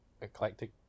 eclectic